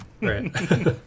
Right